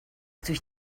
durch